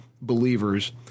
believers